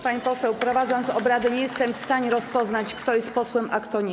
Pani poseł, prowadząc obrady, nie jestem w stanie rozpoznać, kto jest posłem, a kto nie.